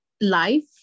life